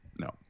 No